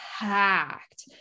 packed